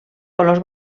colors